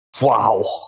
Wow